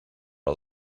are